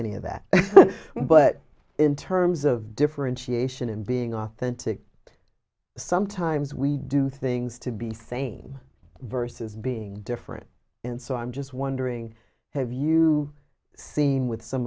any of that but in terms of differentiation and being authentic sometimes we do things to be sane versus being different and so i'm just wondering have you seen with some